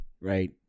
right